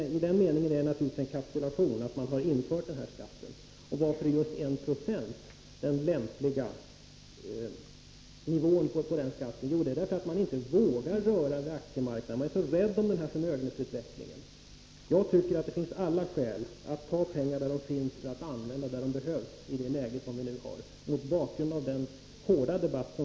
I den meningen att man infört den här skatten är det naturligtvis en kapitulation. Varför är just 1 90 den lämpliga nivån på den skatten? Jo, därför att man inte vågar röra aktiemarknaden. Man är så rädd om den här förmögenhetsutvecklingen. Jag tycker att det finns alla skäl att ta pengarna där de finns för att använda dem där det behövs i det läge som nu råder och mot bakgrund av den hårda debatt som